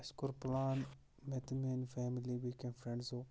اَسہِ کوٚر پٕلان مےٚ تہٕ میٛانہِ فیملی بیٚیہِ کیٚنٛہہ فرٛٮ۪نٛڈزو